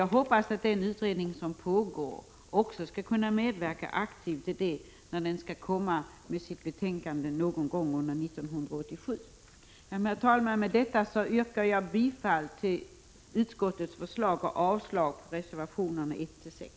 Jag hoppas att den utredning som pågår och som kommer med sitt betänkande någon gång under 1987 också skall kunna medverka aktivt till det. Herr talman! Med detta yrkar jag bifall till utskottets förslag och avslag på reservationerna 1-6.